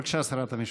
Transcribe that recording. בבקשה, שרת המשפטים.